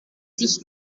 sich